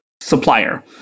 supplier